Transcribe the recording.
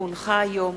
כי הונחה היום